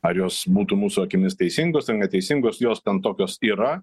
ar jos būtų mūsų akimis teisingos ar neteisingos jos ten tokios yra